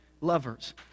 lovers